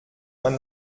man